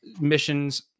missions